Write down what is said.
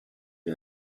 wie